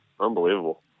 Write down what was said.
Unbelievable